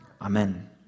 Amen